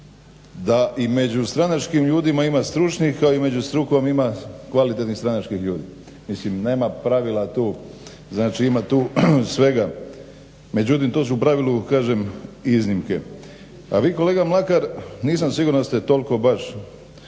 "Da i među stranačkim ljudima ima stručnih ali među strukom ima kvalitetnih stranačkih ljudi." Mislim nema pravila tu znači ima tu svega. Međutim to su u pravilu da kažem iznimke. A vi kolega Mlakar nisam siguran da ste toliko baš